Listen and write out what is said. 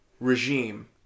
regime